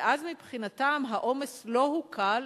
ואז מבחינתם העומס לא הוקל,